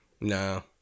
No